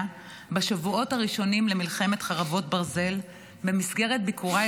בשבועות הראשונים למלחמת חרבות ברזל במסגרת ביקוריי